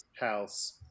house